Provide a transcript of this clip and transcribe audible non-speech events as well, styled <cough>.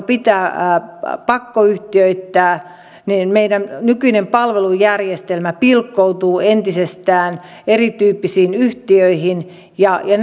<unintelligible> pitää pakkoyhtiöittää niin meidän nykyinen palvelujärjestelmämme pilkkoutuu entisestään erityyppisiin yhtiöihin ja <unintelligible>